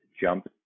jump